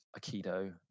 aikido